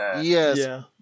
Yes